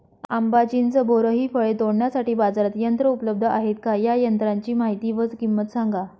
आंबा, चिंच, बोर हि फळे तोडण्यासाठी बाजारात यंत्र उपलब्ध आहेत का? या यंत्रांची माहिती व किंमत सांगा?